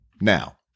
now